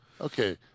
Okay